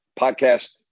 podcast